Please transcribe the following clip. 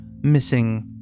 missing